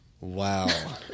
Wow